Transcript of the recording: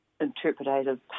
interpretative